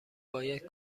باید